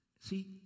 See